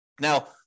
Now